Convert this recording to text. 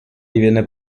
divenne